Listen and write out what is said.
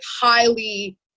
highly